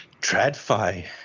TradFi